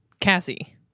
Cassie